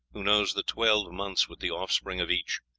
who knows the twelve months with the offspring of each,